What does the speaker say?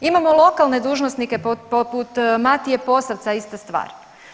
Imamo lokalne dužnosnike poput Matije Posavca ista stvar.